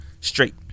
Straight